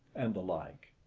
and the like.